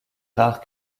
rares